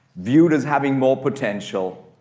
viewed as having more potential,